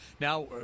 Now